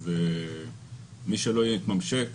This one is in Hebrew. אז מי שלא יתממשק,